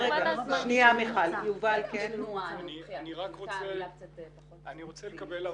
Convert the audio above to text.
אני רוצה לקבל הבהרה.